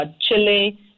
chile